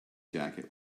jacket